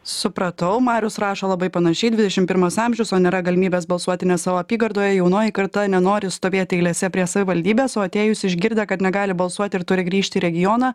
supratau marius rašo labai panašiai dvidešim pirmas amžius o nėra galimybės balsuoti ne savo apygardoje jaunoji karta nenori stovėti eilėse prie savivaldybės o atėjus išgirdę kad negali balsuoti ir turi grįžti į regioną